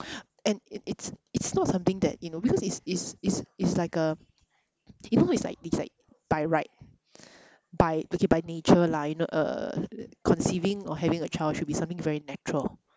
and it it's it's not something that you know because it's it's it's it's like a you know it's like it's like by right by okay by nature lah you know uh conceiving or having a child should be something very natural